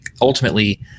ultimately